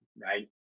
right